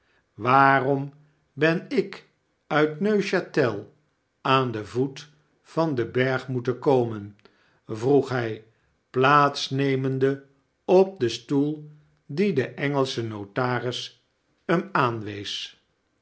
waarom ben ik uit n e aan den voet van den berg moeten komen vroeg hij plaats nemende op den stoel die de engelsche notaris hem